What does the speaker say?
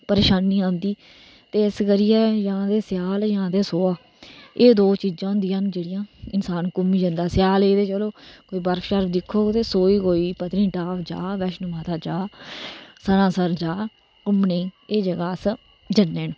परेशानी आंदी ते इस करियै जां ते स्याल जां ते सोहा एह् दो चीजां होंदियां जेहडियां इंसान घूमने गी जंदा स्याले गी ते चलो कोई बर्फ दिक्खोग ते सोहै कोई पतनीटाप जाए बैष्णो माता जा सनासर जा घूमने गी एह् जगह अस जन्ने